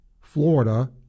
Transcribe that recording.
florida